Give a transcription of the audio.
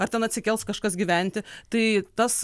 ar ten atsikels kažkas gyventi tai tas